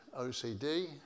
OCD